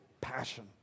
passion